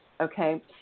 Okay